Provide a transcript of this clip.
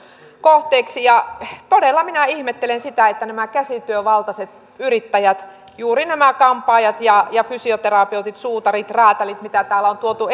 kohteeksi todella minä ihmettelen sitä miksi nämä käsityövaltaiset yrittäjät juuri nämä kampaajat ja ja fysioterapeutit suutarit räätälit mitä täällä on tuotu